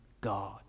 God